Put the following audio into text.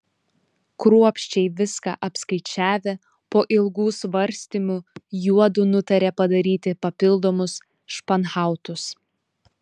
kruopščiai viską apskaičiavę po ilgų svarstymų juodu nutarė padaryti papildomus španhautus